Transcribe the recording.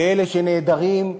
ואלה שחסר להם,